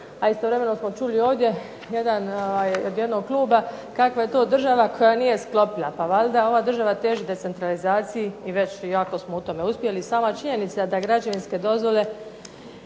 a istovremeno smo čuli ovdje od jednog kluba, kako je država koja nije sklopila, pa valjda ova država teži decentralizaciji i već jako smo u tome uspjeli, sama činjenica da građevinske dozvole